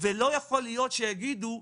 ולא יכול להיות שיגידו,